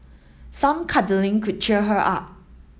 some cuddling could cheer her up